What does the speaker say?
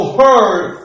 heard